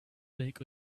take